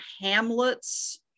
hamlets